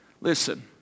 Listen